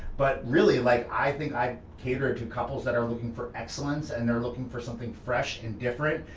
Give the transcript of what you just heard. but really, like i think i cater to couples that are looking for excellence and they're looking for something fresh and different,